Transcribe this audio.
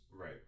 Right